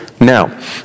Now